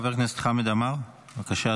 חבר הכנסת חמד עמאר, בבקשה.